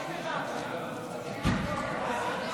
כץ וקבוצת חברי הכנסת,